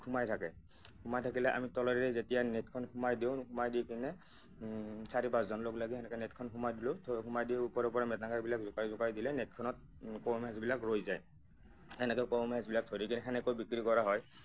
সোমাই থাকে সোমাই থাকিলে আমি তলেৰে যেতিয়া নেটখন সোমাই দিওঁ সোমাই দি কিনে চাৰি পাঁচজন লগ লাগি সেনেকৈ নেটখন সোমাই দিলোঁ সোমাই দি ওপৰৰ পৰা মেটেঙগাবিলাক জোকাই জোকাই দিলে নেটখনত কাৱৈ মাছবিলাক ৰৈ যায় এনেকৈ কৱৈ মাছবিলাক ধৰি কিনে সেনেকৈ বিক্ৰী কৰা হয়